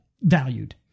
valued